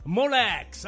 Molex